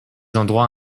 endroits